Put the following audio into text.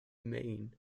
maine